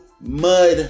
Mud